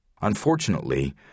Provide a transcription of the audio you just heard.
Unfortunately